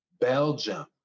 Belgium